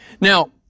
Now